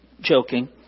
joking